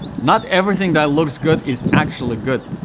not everything that looks good is actually good.